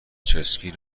چسکی